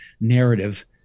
narrative